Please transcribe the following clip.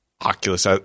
Oculus